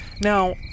Now